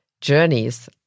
journeys